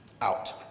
out